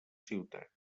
ciutat